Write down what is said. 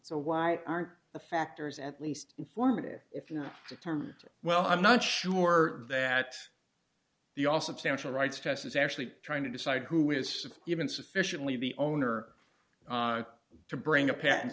so why aren't the factors at least informative if not determined well i'm not sure that the all substantial rights test is actually trying to decide who is even sufficiently the owner to bring a pat